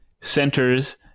centers